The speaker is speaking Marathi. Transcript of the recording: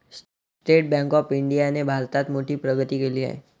स्टेट बँक ऑफ इंडियाने भारतात मोठी प्रगती केली आहे